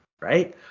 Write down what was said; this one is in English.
right